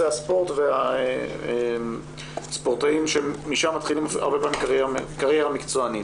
הספורט וספורטאים שמשם מתחילים הרבה פעמים קריירה מקצוענית.